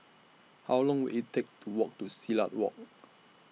How Long Will IT Take to Walk to Silat Walk